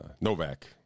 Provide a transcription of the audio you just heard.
Novak